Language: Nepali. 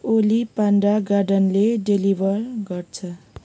होली पान्डा गार्डनले डेलिभर गर्छ